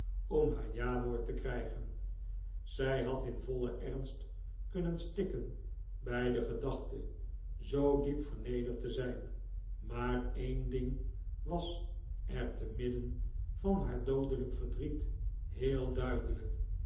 om haar jawoord te krijgen zij had in vollen ernst kunnen stikken bij de gedachte zoo diep vernederd te zijn maar een ding was er te midden van haar doodelijke verdriet heel duidelijk